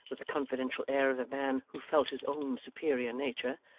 with the confidential air of a man who felt his own superior nature.